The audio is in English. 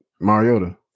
Mariota